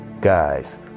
guys